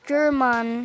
German